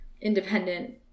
independent